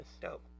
dope